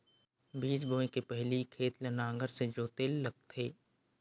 बीज बोय के पहिली खेत ल नांगर से जोतेल लगथे?